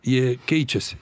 jie keičiasi